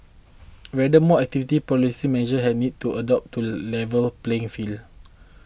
rather more activity policy measures had need to adopted to level playing field